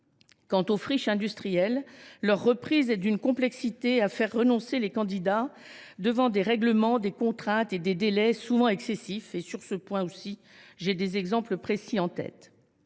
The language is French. Quant aux friches industrielles, leur reprise est d’une complexité qui est de nature à faire renoncer les candidats devant des règlements, contraintes et délais souvent excessifs – sur ce point aussi, j’ai des exemples précis en tête.